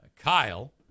Kyle